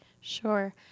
Sure